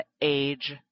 age